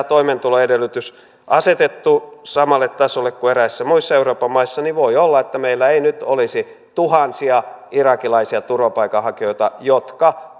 toimeentuloedellytys asetettu samalle tasolle kuin eräissä muissa euroopan maissa niin voi olla että meillä ei nyt olisi tuhansia irakilaisia turvapaikanhakijoita jotka